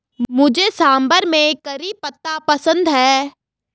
मुझे सांभर में करी पत्ता पसंद है